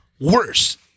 worse